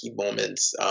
moments